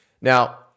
Now